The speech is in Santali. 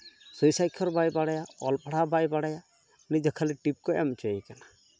ᱥᱳᱭ ᱥᱟᱠᱠᱷᱚᱨ ᱵᱟᱭ ᱵᱟᱲᱟᱭᱟ ᱚᱞ ᱯᱟᱲᱦᱟᱣ ᱵᱟᱭ ᱵᱟᱲᱟᱭᱟ ᱩᱱᱤᱫᱚ ᱠᱷᱟᱹᱞᱤ ᱴᱤᱯ ᱠᱚ ᱮᱢ ᱦᱚᱪᱚᱭᱮ ᱠᱟᱱᱟ